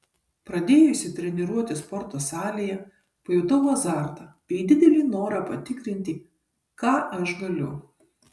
pradėjusi treniruotis sporto salėje pajutau azartą bei didelį norą patikrinti ką aš galiu